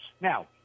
Now